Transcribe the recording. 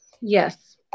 Yes